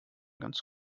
ganz